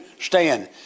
stand